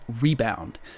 Rebound